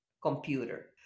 computer